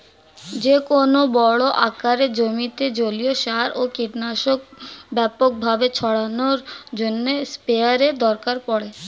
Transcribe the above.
যেকোনো বড় আকারের জমিতে জলীয় সার ও কীটনাশক ব্যাপকভাবে ছড়ানোর জন্য স্প্রেয়ারের দরকার পড়ে